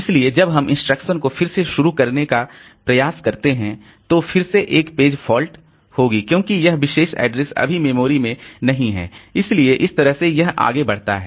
इसलिए जब हम इंस्ट्रक्शन को फिर से शुरू करने का प्रयास करते हैं तो फिर से एक पेज फॉल्ट होगी क्योंकि यह विशेष एड्रेस अभी मेमोरी में नहीं है इसलिए इस तरह से यह आगे बढ़ता है